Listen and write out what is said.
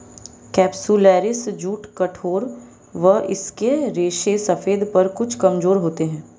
capsularis jute कठोर व इसके रेशे सफेद पर कुछ कमजोर होते हैं